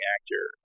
Actor